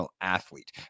athlete